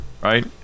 Right